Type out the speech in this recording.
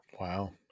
Wow